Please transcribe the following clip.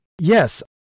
Yes